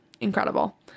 Incredible